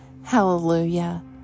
Hallelujah